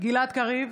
גלעד קריב,